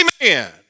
Amen